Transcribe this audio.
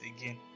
again